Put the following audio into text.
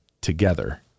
together